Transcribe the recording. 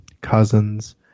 Cousins